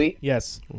yes